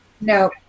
No